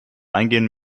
eingehen